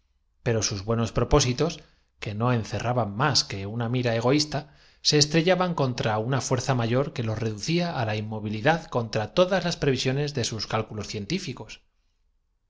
pero sus buenos propósitos que no encerra ban más que una mira egoísta se estrellaban contra una fuerza mayor que los reducía á la inmovilidad contra todas las previsiones de sus cálculos científicos